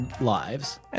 lives